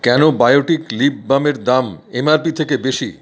কেন Biotique lip বামের দাম এমআরপি থেকে বেশি